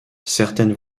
certaines